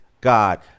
God